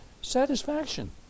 satisfaction